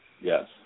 Yes